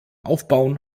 aufbauen